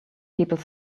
people